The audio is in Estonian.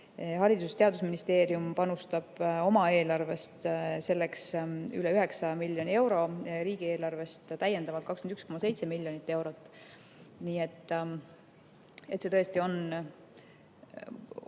Haridus- ja Teadusministeerium panustab oma eelarvest selleks üle 9 miljoni euro, riigieelarvest täiendavalt 21,7 miljonit eurot. Nii et see tõesti on